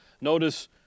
Notice